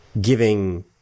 giving